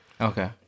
okay